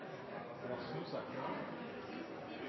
for et